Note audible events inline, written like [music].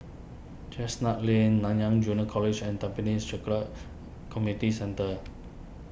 Chestnut Lane Nanyang Junior College and Tampines [unintelligible] comity Centre